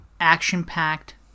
action-packed